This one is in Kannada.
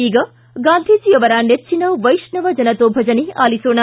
ಈಗ ಗಾಂಧಿಜಿ ಅವರ ನೆಜ್ವಿನ ವೈಷ್ಣವ ಜನತೋ ಭಜನೆ ಆಲಿಸೋಣ